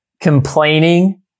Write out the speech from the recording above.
complaining